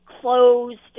closed